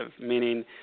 meaning